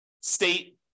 state